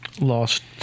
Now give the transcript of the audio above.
lost